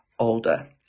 older